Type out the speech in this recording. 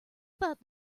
about